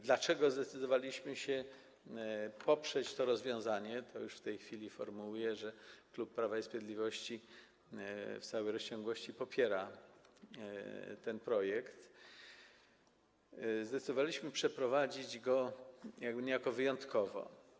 Dlaczego zdecydowaliśmy się poprzeć to rozwiązanie - już w tej chwili to formułuję: klub Prawa i Sprawiedliwości w całej rozciągłości popiera ten projekt - zdecydowaliśmy się przeprowadzić to niejako wyjątkowo?